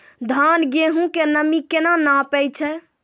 धान, गेहूँ के नमी केना नापै छै?